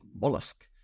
mollusk